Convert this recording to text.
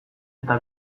eta